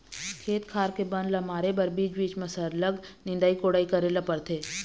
खेत खार के बन ल मारे बर बीच बीच म सरलग निंदई कोड़ई करे ल परथे